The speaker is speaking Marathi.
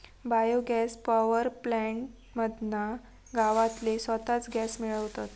बायो गॅस पॉवर प्लॅन्ट मधना गाववाले स्वताच गॅस मिळवतत